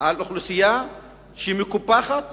על אוכלוסייה שמקופחת